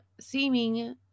Seeming